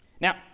Now